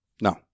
No